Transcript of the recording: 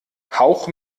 hauch